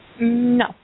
No